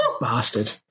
bastard